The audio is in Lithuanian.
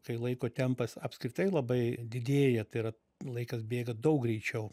kai laiko tempas apskritai labai didėja tai yra laikas bėga daug greičiau